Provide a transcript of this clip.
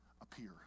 appear